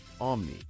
Omni